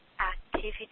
Activity